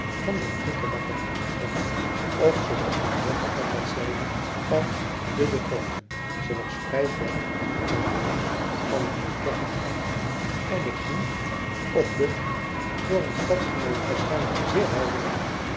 van den koekebakker de groot of zooals henriette altijd zeide van de de grooten zij was vrij verre van het huis van den heer kegge gelegen en ik ging op de voor een stadgenoot waarschijnlijk zeer heldere